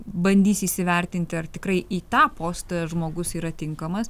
bandys įsivertinti ar tikrai į tą postą žmogus yra tinkamas